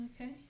Okay